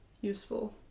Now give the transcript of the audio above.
useful